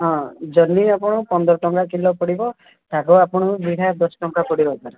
ହଁ ଜହ୍ନି ଆପଣଙ୍କୁ ପନ୍ଦର ଟଙ୍କା କିଲୋ ପଡ଼ିବ ଶାଗ ଆପଣଙ୍କୁ ବିଡ଼ା ଦଶ ଟଙ୍କା ପଡ଼ିବ ସାର୍